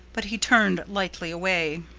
but he turned lightly away.